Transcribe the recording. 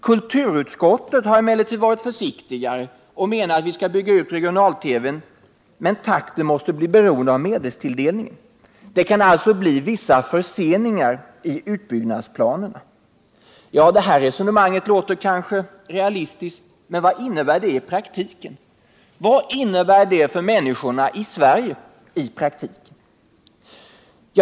Kulturutskottet har emellertid varit försiktigare och menar att vi skall bygga ut regional-TV men att takten måste bli beroende av medelstilldelningen. Det kan alltså bli vissa förseningar i utbyggnadsplanerna. Ja, det resonemanget låter kanske realistiskt, men vad innebär det i praktiken? Vad innebär det för människorna i Sverige?